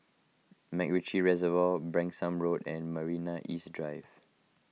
MacRitchie Reservoir Branksome Road and Marina East Drive